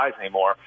anymore